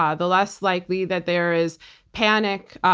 um the less likely that there is panic.